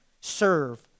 serve